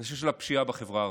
הנושא של הפשיעה בחברה הערבית.